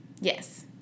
yes